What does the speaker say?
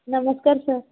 ನಮಸ್ಕಾರ ಸರ್